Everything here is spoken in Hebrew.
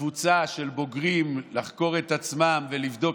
לקבוצה של בוגרים לחקור את עצמם ולבדוק